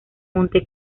monte